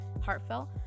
heartfelt